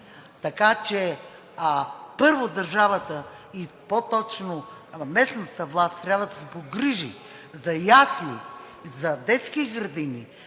Така че първо държавата и по-точно местната власт трябва да се погрижи за ясли, за детски градини,